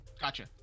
Gotcha